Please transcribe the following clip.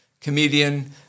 comedian